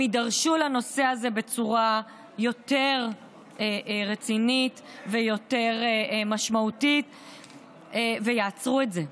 הם יידרשו לנושא הזה בצורה יותר רצינית ויותר משמעותית ויעצרו את זה.